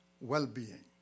well-being